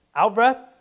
out-breath